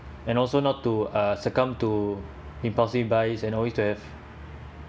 and also not to uh succumb to impulsive buys and always to have